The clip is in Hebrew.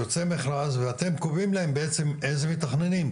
יוצא מכרז ואתם קובעים להם בעצם איזה מתכננים.